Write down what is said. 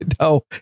No